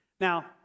Now